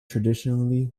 traditionally